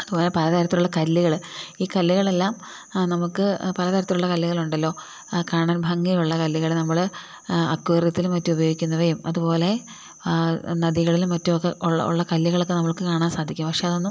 അതുപോലെ പലതരത്തിലുള്ള കല്ലുകൾ ഈ കല്ലുകളെല്ലാം നമ്മൾക്ക് പലതരത്തിലുള്ള കല്ലുകൾ ഉണ്ടല്ലോ കാണാൻ ഭംഗിയുള്ള കല്ലുകൾ നമ്മൾ അക്വോറിയത്തിലും മറ്റും ഉപയോഗിക്കുന്നവയും അതുപോലെ നദികളിലും മറ്റുമൊക്കെ ഉള്ള കല്ലുകളൊക്കെ നമുക്ക് കാണാൻ സാധിക്കും പക്ഷെ അതൊന്നും